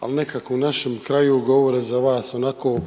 ali nekako u našem kraju govore za vas onako